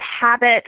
habit